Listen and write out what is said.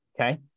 Okay